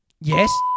Yes